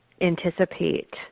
anticipate